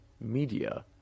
media